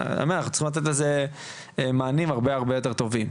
אנחנו צריכים לתת לזה מענים הרבה יותר טובים.